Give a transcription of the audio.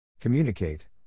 Communicate